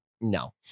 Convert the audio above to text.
no